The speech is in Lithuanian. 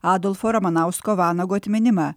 adolfo ramanausko vanago atminimą